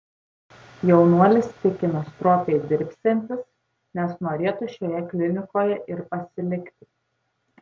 jaunuolis tikina stropiai dirbsiantis nes norėtų šioje klinikoje ir pasilikti